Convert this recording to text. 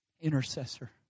intercessor